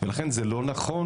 ולכן זה לא נכון